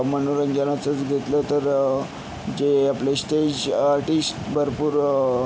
मनोरंजनाचंच घेतलं तर जे आपले स्टेज आर्टिस्ट भरपूर